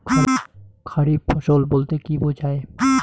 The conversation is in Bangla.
খারিফ ফসল বলতে কী বোঝায়?